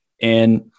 And-